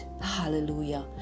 hallelujah